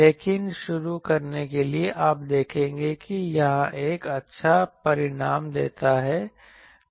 लेकिन शुरू करने के लिए आप देखेंगे कि यह एक अच्छा परिणाम देता है